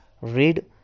read